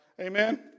Amen